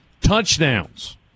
touchdowns